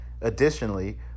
Additionally